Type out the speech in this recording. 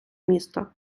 місто